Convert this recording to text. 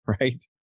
right